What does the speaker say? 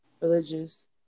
religious